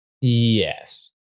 Yes